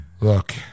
look